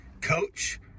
coach